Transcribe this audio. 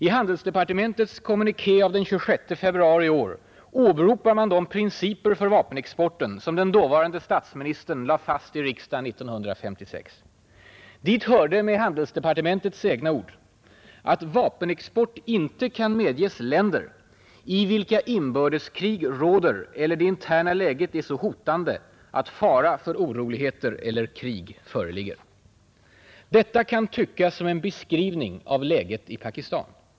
I handelsdepartementets kommuniké av den 26 februari i år åberopar man de principer för vapenexporten som den dåvarande statsministern lade fast i riksdagen 1956. Dit hörde, enligt handelsdepartementets egna ord, att vapenexport inte kan medges länder ”i vilka inbördeskrig råder eller det interna läget är så hotande att fara för oroligheter eller krig föreligger”. Detta kan tyckas som en beskrivning av läget i Pakistan.